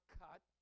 cut